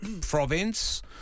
province